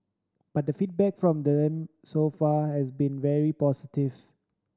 but the feedback from then so far has been very positive